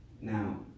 Now